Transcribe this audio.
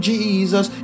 Jesus